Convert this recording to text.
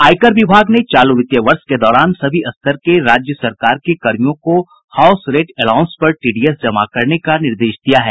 आयकर विभाग ने चालू वित्तीय वर्ष के दौरान सभी स्तर के राज्य सरकार के कर्मियों को हाउस रेंट एलाउंस पर टीडीएस जमा करने का निर्देश दिया है